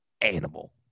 animal